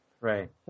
right